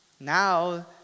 Now